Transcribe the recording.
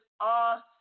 awesome